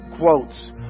quotes